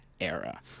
era